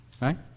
Right